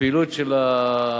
הפעילות של הרשות